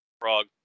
Frog